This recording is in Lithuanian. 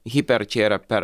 hiper čia yra perk